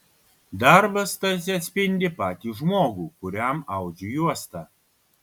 darbas tarsi atspindi patį žmogų kuriam audžiu juostą